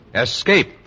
Escape